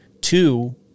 two